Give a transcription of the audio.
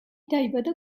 დაიბადა